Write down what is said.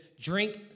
drink